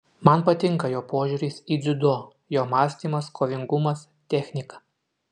man patinka jo požiūris į dziudo jo mąstymas kovingumas technika